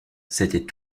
c’était